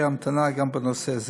נא להצביע.